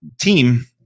team